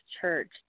church